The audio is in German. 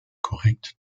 korrekt